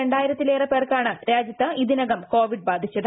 രണ്ടായിരത്തിലേറെ പേർക്കാണ് ശ്രാജ്യത്ത് ഇതിനകം കോവിഡ് ബാധിച്ചത്